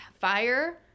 fire